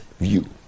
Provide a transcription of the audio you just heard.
view